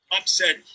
upset